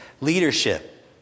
Leadership